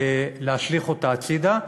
להשליך אותה הצדה,